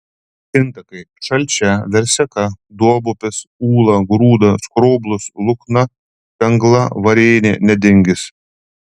intakai šalčia verseka duobupis ūla grūda skroblus lukna spengla varėnė nedingis